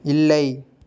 இல்லை